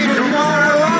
tomorrow